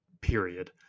period